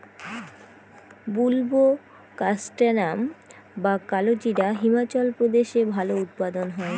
বুলবোকাস্ট্যানাম বা কালোজিরা হিমাচল প্রদেশে ভালো উৎপাদন হয়